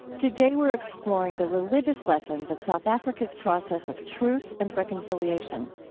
today we're exploring the religious lessons of south africa's process of truth and reconciliation